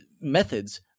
methods